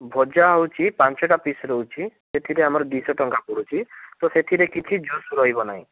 ଭଜା ହେଉଛି ପାଞ୍ଚଟା ପିସ୍ ରହୁଛି ସେଥିରେ ଆମର ଦୁଇ ଶହ ଟଙ୍କା ପଡ଼ୁଛି ତ ସେଥିରେ କିଛି ଜୁସ୍ ରହିବ ନାହିଁ